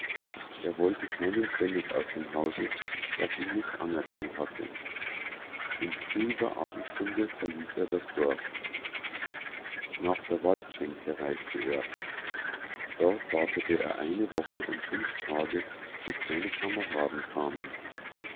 er wollte keinen pfennig aus dem hause das ihn nicht anerkannt hatte in trüber abendstunde verließ er das dorf nach der waldschenke reiste er dort wartete er eine woche und fünf tage bis seine kameraden kamen